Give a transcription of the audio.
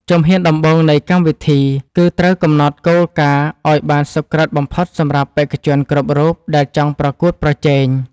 ជំហានដំបូងនៃកម្មវិធីគឺត្រូវកំណត់គោលការណ៍ឱ្យបានសុក្រឹតបំផុតសម្រាប់បេក្ខជនគ្រប់រូបដែលចង់ប្រកួតប្រជែង។